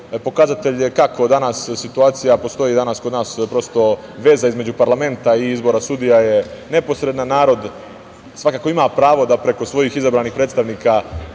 pokazatelj kako danas situacija danas postoji kod nas, prosto, veza između parlamenta i izbor sudija je neposredna. Narod svakako, ima pravo da preko svojih izabranih predstavnika,